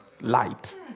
Light